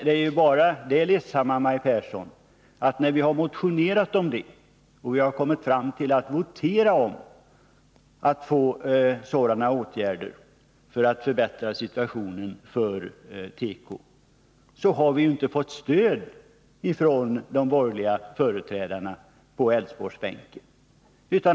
Det ledsamma är bara, Maj Pehrsson, att när vi tidigare har motionerat om sådana åtgärder för att förbättra situationen för teko och kommit fram till voteringen, har vi ju inte fått något stöd från de borgerliga företrädarna på Älvsborgsbänken.